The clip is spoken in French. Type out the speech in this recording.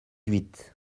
huit